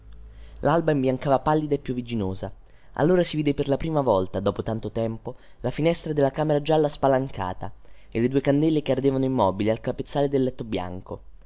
lalba imbiancava pallida e piovigginosa allora si vide per la prima volta dopo tanto tempo la finestra della camera gialla spalancata e le due candele che ardevano immobili al capezzale del letto bianco